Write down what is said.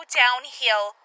downhill